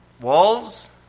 wolves